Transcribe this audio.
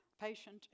patient